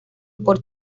por